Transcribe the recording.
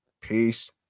Peace